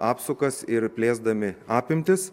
apsukas ir plėsdami apimtis